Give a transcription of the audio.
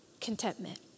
contentment